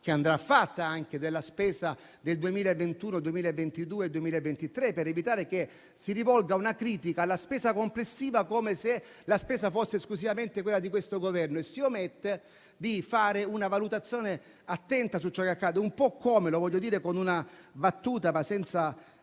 che andrà fatta anche della spesa del 2021, 2022 e 2023, per evitare che si rivolga una critica alla spesa complessiva, come se essa fosse esclusivamente quella di questo Governo e si omette di fare una valutazione attenta su ciò che accade. Lo voglio dire con una battuta, ma senza